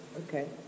Okay